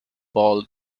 bowl